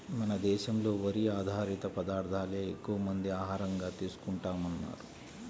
మన దేశంలో వరి ఆధారిత పదార్దాలే ఎక్కువమంది ఆహారంగా తీసుకుంటన్నారు